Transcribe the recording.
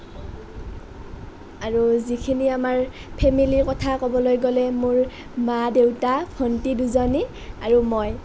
আৰু যিখিনি আমাৰ ফেমিলীৰ কথা ক'বলৈ গ'লে মোৰ মা দেউতা ভন্টি দুজনী আৰু মই